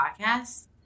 podcast